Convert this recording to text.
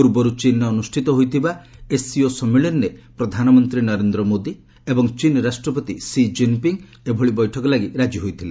ପୂର୍ବରୁ ଚୀନ୍ରେ ଅନୁଷ୍ଠିତ ହୋଇଥିବା ଏସ୍ସିଓ ସମ୍ମିଳନୀରେ ପ୍ରଧାନମନ୍ତ୍ରୀ ନରେନ୍ଦ୍ର ମୋଦି ଏବଂ ଚୀନ୍ ରାଷ୍ଟ୍ରପତି ସି କ୍ରିନ୍ ପିଙ୍ଗ୍ ଏଭଳି ବୈଠକ ଲାଗି ରାଜି ହୋଇଥିଲେ